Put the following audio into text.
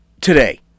today